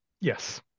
Yes